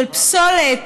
של פסולת,